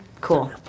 Cool